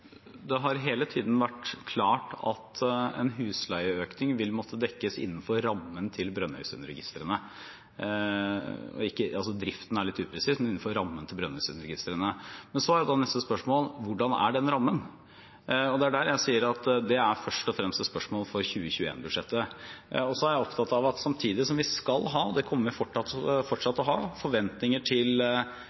Det har hele tiden vært klart at en husleieøkning vil måtte dekkes innenfor rammen til Brønnøysundregistrene – «driften» er litt upresist, men innenfor rammen til Brønnøysundregistrene. Da er neste spørsmål: Hvordan er den rammen? Og det er der jeg sier at det først og fremst er et spørsmål for 2021-budsjettet. Jeg er opptatt av at vi samtidig som vi skal ha – og det kommer vi fortsatt til å ha – forventninger til